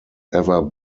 ever